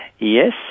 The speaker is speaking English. Yes